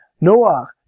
Noah